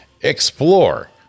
Explore